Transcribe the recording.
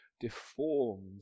deformed